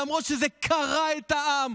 למרות שזה קרע את העם,